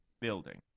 building